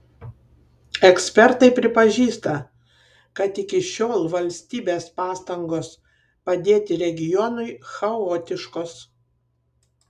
ekspertai pripažįsta kad iki šiol valstybės pastangos padėti regionui chaotiškos